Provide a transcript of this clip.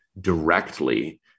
directly